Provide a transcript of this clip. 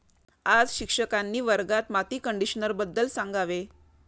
आज शिक्षकांनी वर्गात माती कंडिशनरबद्दल सांगावे